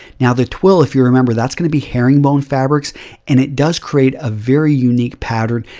now the twill if you remember, thatis going to be herringbone fabrics and it does create a very unique pattern.